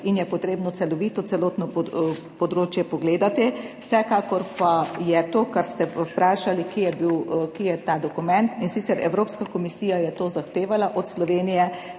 in je potrebno celovito pogledati celotno področje. Vsekakor pa je to, kar ste vprašali, kje je ta dokument, in sicer Evropska komisija je to zahtevala od Slovenije